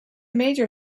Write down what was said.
major